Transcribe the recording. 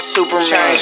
Superman